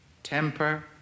temper